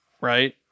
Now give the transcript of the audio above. right